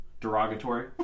Derogatory